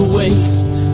waste